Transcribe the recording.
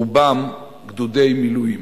רובם גדודי מילואים.